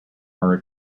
are